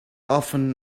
often